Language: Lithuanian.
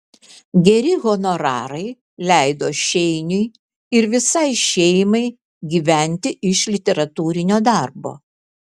geri honorarai leido šeiniui ir visai šeimai gyventi iš literatūrinio darbo